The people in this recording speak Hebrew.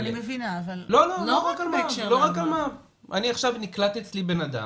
אני עכשיו קלטתי אצלי עם בן אדם,